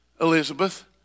Elizabeth